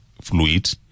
fluid